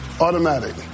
automatic